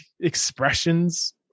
expressions